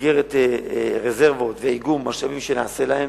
במסגרת רזרבות ואיגום משאבים שנעשה להם